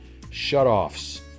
shutoffs